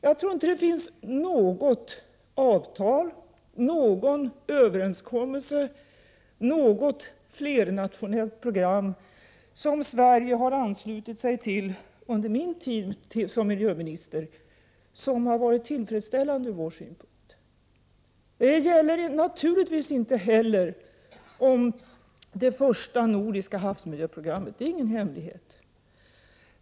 Jag tror inte att det finns något avtal, någon överenskommelse eller något flernationellt program som Sverige har anslutit sig till under min tid som miljöminister som har varit tillfredsställande ur vår synpunkt. Det gäller naturligtvis inte heller om det första nordiska havsmiljöprogrammet. Det är ingen hemlighet.